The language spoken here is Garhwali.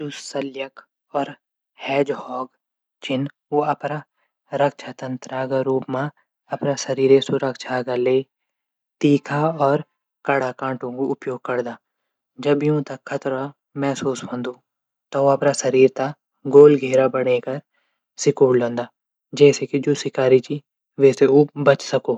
शल्यक और हेजहॉग छन उ अपड रक्षात्रंतक का रूप मा शरीर सुरक्षा लेकी तीखा और कडा काःटो उपयोग करदा। जब भी ऊंथै खतरा महसूस हूंदू तब ऊ अपड शरीर थै गोल घेरा बणैकी शिकुड लिंदा। जेसे की जू शिकारी च वे से उ बची सको।